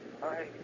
Hi